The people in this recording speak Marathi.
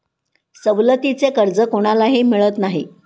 सवलतीचे कर्ज कोणालाही मिळत नाही